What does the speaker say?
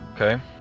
Okay